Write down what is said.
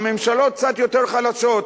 הממשלות קצת יותר חלשות,